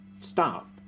stop